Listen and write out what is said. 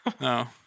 No